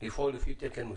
לפעול לפי תקן מסוים,